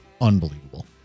unbelievable